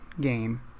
game